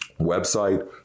website